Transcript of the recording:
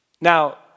Now